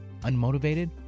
unmotivated